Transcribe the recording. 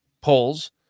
polls